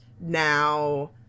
now